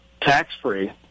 tax-free